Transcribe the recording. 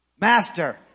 Master